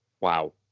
wow